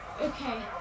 Okay